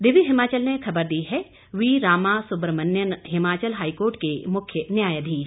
दिव्य हिमाचल ने खबर दी है वी रामासुब्रमण्यन हिमाचल हाईकोर्ट के मुख्य न्यायाधीश